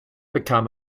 bekam